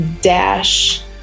dash